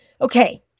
Okay